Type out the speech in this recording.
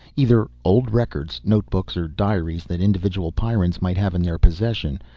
either old records, notebooks or diaries that individual pyrrans might have in their possession,